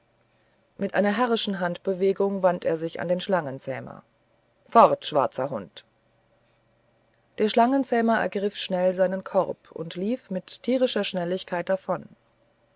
mit einer herrischen handbewegung wandte er sich an den schlangenzähmer fort schwarzer hund der schlangenzähmer ergriff schnell seinen korb und lief mit tierischer schnelligkeit davon